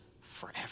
forever